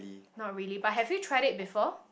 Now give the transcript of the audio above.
not really but have you tried it before